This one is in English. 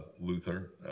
Luther